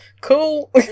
cool